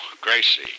Gracie